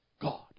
God